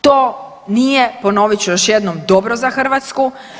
To nije, ponovit ću još jednom, dobro za Hrvatsku.